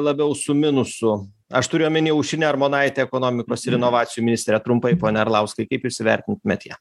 labiau su minusu aš turiu omeny aušrinę armonaitę ekonomikos ir inovacijų ministrę trumpai pone arlauskai kaip jūs vertintumėt ją